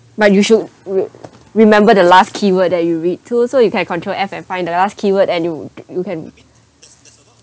but you should re~ remember the last keyword that you read too so you can control F and find the last keyword and you you can